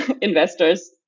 investors